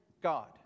God